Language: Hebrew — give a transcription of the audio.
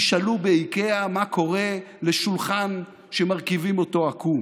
תשאלו באיקאה מה קורה לשולחן שמרכיבים אותו עקום.